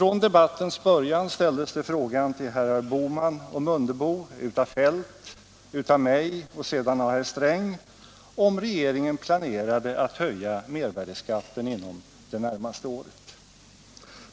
I debattens början ställdes frågan till herrar Bohman och Mundebo av herr Feldt, av mig och sedan av herr Sträng, om regeringen planerade att höja mervärdeskatten under det närmaste året.